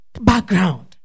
background